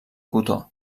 cotó